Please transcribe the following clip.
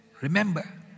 Remember